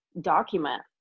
document